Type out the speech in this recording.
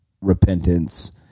repentance